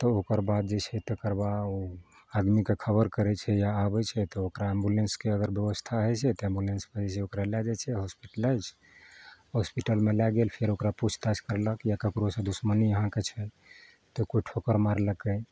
तऽ ओकरबाद जे छै तेकरबा ओ आदमीके खबर करै छै या आबै छै तऽ ओकरा एम्बुलेन्सके अगर ब्यवस्था होइ छै तऽ एम्बुलेन्स करै छै ओकरा लए जाइ छै होस्पिटलाइज होस्पिटलमे लए गेल फेर ओकरा पूछताछ करलक या ककरोसँ दुश्मनी अहाँके छल तऽ केओ ठोकर मारलकै